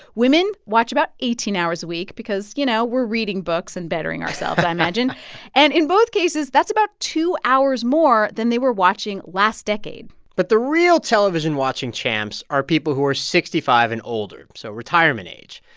women watch about eighteen hours a week because, you know, we're reading books and bettering ourselves, i imagine and in both cases, that's about two hours more than they were watching last decade but the real television-watching champs are people who are sixty five and older, so retirement age.